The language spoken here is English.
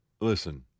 listen